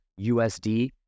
USD